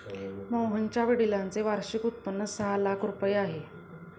मोहनच्या वडिलांचे वार्षिक उत्पन्न सहा लाख रुपये आहे